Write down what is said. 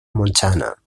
montana